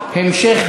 התשע"ד 2013,